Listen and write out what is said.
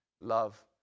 love